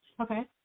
Okay